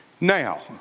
Now